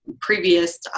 previous